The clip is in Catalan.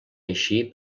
així